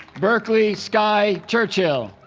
berkley skye churchill